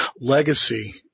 legacy